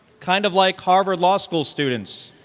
kind of like harvard law school students,